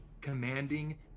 commanding